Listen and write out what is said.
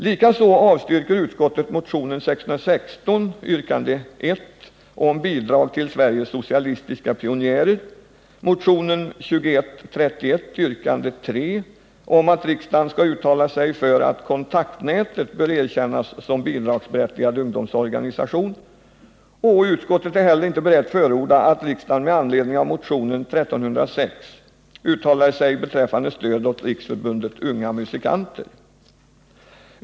Likaså avstyrker utskottet motionen 616, yrkande 1, om bidrag till Sveriges socialistiska pionjärer och motionen 2131, yrkande 3, om att riksdagen skall uttala sig för att Kontaktnätet bör erkännas som bidragsberättigad ungdomsorganisation. Utskottet är heller inte berett förorda att riksdagen med anledning av motionen 1306 uttalar sig beträffande stöd åt Riksförbundet Unga musikanter.